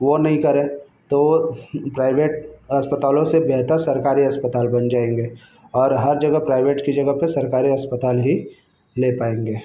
वह नहीं करे तो वह प्राइवेट अस्पतालों से बेहतर सरकारी अस्पताल बन जाएँगे और हर जगह प्राइवेट की जगह पर सरकारी अस्पताल ही ले पाएँगे